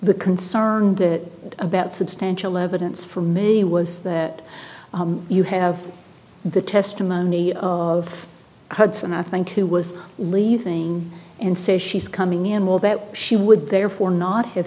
the concern that about substantial evidence for many was that you have the testimony of hudson i think who was leaving and say she's coming in well that she would therefore not h